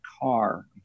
car